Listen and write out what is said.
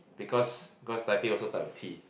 because because typing also start with T